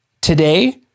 Today